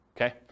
Okay